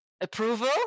approval